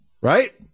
Right